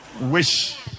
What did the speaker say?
wish